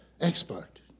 expert